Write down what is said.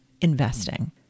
investing